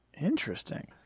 Interesting